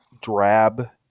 drab